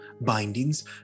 bindings